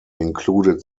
included